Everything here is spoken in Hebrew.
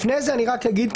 לפני זה אני רק אגיד,